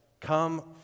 come